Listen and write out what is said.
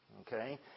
okay